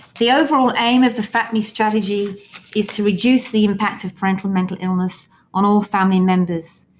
the overall aim of the fapmi strategy is to reduce the impact of parental mental illness on all family members,